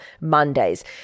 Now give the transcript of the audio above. Mondays